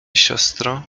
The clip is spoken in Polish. siostro